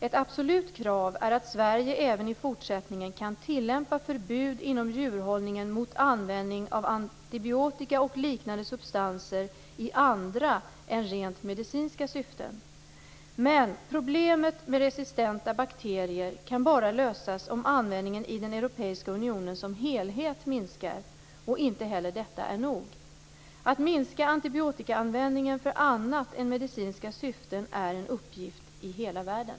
Ett absolut krav är att Sverige även i fortsättningen kan tillämpa förbud inom djurhållningen mot användning av antibiotika och liknande substanser i andra än rent medicinska syften. Men problemet med resistenta bakterier kan bara lösas om användningen i den europeiska unionen som helhet minskar. Och inte heller detta är nog. Att minska antibiotikaanvändningen för annat än medicinska syften är en uppgift i hela världen.